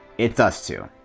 it's us two!